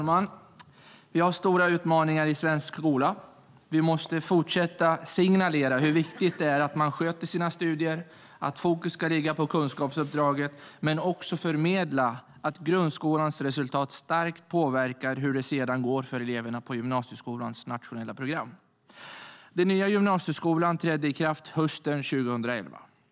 Fru talman! Vi har stora utmaningar i svensk skola. Vi måste fortsätta signalera hur viktigt det är att man sköter sina studier och att fokus ska ligga på kunskapsuppdraget men också förmedla att grundskolans resultat starkt påverkar hur det sedan går för eleverna på gymnasieskolans nationella program. Den nya gymnasieskolan trädde i kraft hösten 2011.